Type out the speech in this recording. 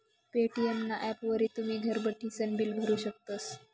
Paytm ना ॲपवरी तुमी घर बठीसन बिल भरू शकतस